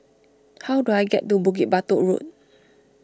how do I get to Bukit Batok Road